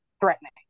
threatening